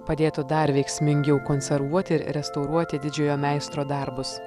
padėtų dar veiksmingiau konservuoti ir restauruoti didžiojo meistro darbus